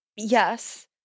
Yes